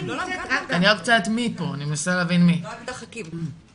אני שואלת מי פה ממשרד הבריאות כי את ההבטחות נתן משרד הבריאות,